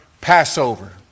Passover